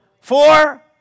Four